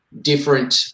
different